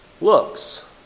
looks